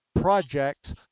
projects